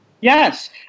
Yes